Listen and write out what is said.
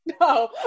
no